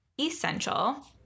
essential